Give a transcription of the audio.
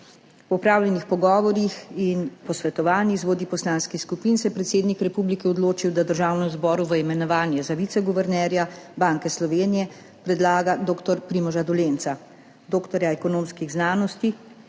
Po opravljenih pogovorih in posvetovanjih z vodji poslanskih skupin se je predsednik republike odločil, da Državnemu zboru v imenovanje za viceguvernerja Banke Slovenije predlaga dr. Primoža Dolenca, doktorja ekonomskih znanosti,